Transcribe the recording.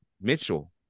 Mitchell